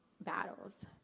battles